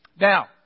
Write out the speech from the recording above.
Now